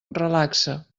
relaxa